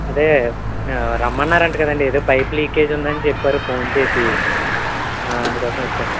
అదే రమ్మన్నారు అంట కదండి ఏదో పైప్ లీకేజ్ ఉందని చెప్పారు ఫోన్ చేసి అందుకోసం వచ్చాను